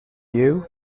you